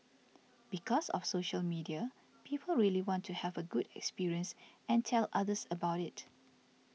because of social media people really want to have a good experience and tell others about it